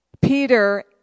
Peter